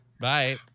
Bye